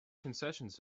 concessions